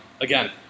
Again